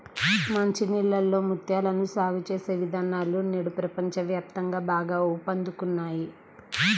మంచి నీళ్ళలో ముత్యాలను సాగు చేసే విధానాలు నేడు ప్రపంచ వ్యాప్తంగా బాగా ఊపందుకున్నాయి